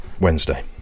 Wednesday